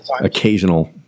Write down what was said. occasional